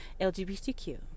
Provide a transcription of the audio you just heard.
LGBTQ